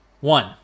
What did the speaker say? One